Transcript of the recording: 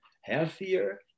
healthier